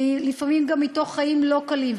ולפעמים גם מתוך חיים לא קלים,